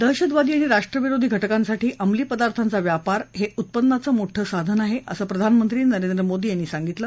दहशतवादी आणि राष्ट्रविरोधी घटकांसाठी अंमली पदार्थांचा व्यापार हे उत्पन्नाचं मोठं साधन आहे असं प्रधानमंत्री नरेंद्र मोदी यांनी सांगितलं